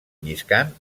lliscant